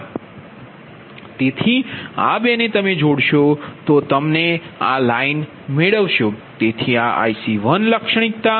4 તેથી આ બે ને તમે જોડશો તેથી તમે આ લાઇન મેળવશો